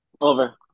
Over